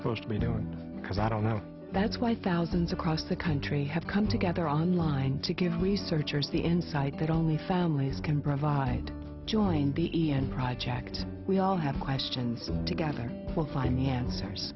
supposed to be doing because i don't know that's why thousands across the country have come together online to give researchers the insight that only families can provide join the e n project we all have questions together will find the answers